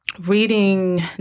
reading